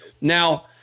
Now